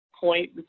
point